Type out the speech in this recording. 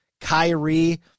Kyrie